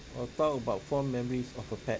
uh talk about fond memories of a pet